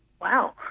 Wow